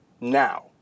now